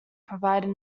provided